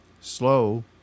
slow